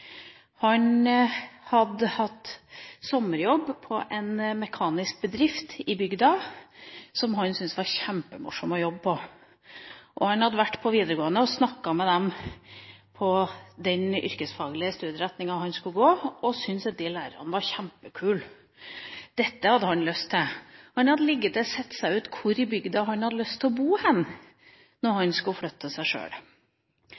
han ville. Han hadde hatt sommerjobb på en mekanisk bedrift i bygda, der han syntes var kjempemorsomt å jobbe. Han hadde vært på videregående og snakket med dem på den yrkesfaglige studieretninga han skulle gå, og han syntes at de lærerne var kjempekule. Dette hadde han lyst til. Han hadde til og med sett seg ut hvor i bygda han hadde lyst til å bo når han skulle flytte for seg sjøl.